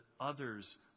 others